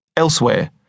Elsewhere